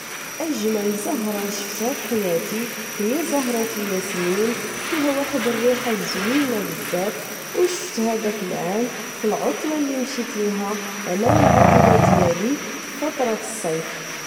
أجمل زهرة شفتها فحياتي هي زهرة ياسمين فيها واحد الريحة زوينة بزاف أو شفتها داك العام فالعطلة لي مشيت ليها أنا أو العائلة ديالي فالفترة ديال الصيف